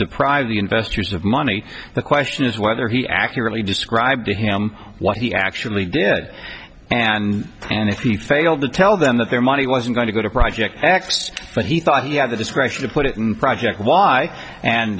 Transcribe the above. deprive the investors of money the question is whether he accurately described to him what he actually did and and if he failed to tell them that their money wasn't going to go to project x when he thought he had the discretion to put it in project y and